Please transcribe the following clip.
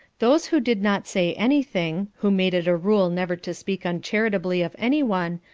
those who did not say anything, who made it a rule never to speak uncharitably of anyone,